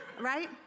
right